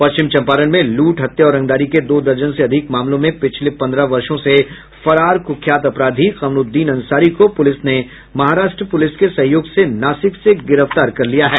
पश्चिम चम्पारण में लूट हत्या और रंगदारी के दो दर्जन से अधिक मामलों में पिछले पन्द्रह वर्षो से फरारा कुख्यात अपराधी कमरूद्दीन अंसारी को पुलिस ने महाराष्ट्र पुलिस के सहयोग से नासिक से गिरफ्तार कर लिया है